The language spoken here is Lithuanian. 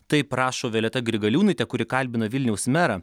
taip rašo violeta grigaliūnaitė kuri kalbina vilniaus merą